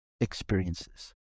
experiences